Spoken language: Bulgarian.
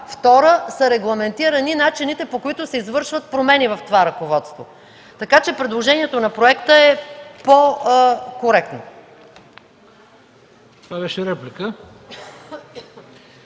втора са регламентирани начините, по които се извършват промени в това ръководство. Така че предложението на проекта е по-коректно.